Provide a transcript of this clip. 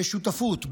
בשותפות,